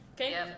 Okay